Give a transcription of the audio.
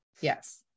Yes